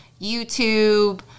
YouTube